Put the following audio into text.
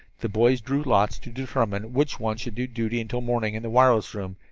the boys drew lots to determine which one should do duty until morning in the wireless room,